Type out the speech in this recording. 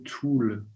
tool